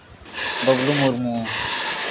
Bablu Murmu